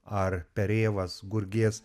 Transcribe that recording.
ar per rėvas gurgės